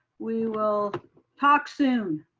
we will talk soon.